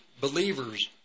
believers